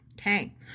Okay